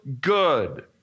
good